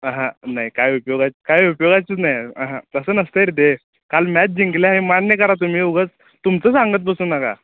आंहां नाही काय उपयोग आहेत काय उपयोगातच नाही आं हां तसं नसतंय रे ते काल मॅच जिंकल्याय हे मान्य करा तुम्ही उगाच तुमचं सांगत बसू नका